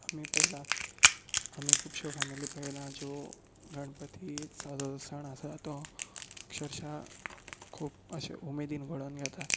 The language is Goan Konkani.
आमी पयलां आमी खुबशो फॅमिली पळयल्या ज्यो गणपती सण आसा तो अकर्शशा खूब अशे उमेदीन घडोवन घेतात